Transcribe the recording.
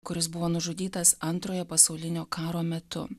kuris buvo nužudytas antrojo pasaulinio karo metu